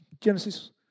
Genesis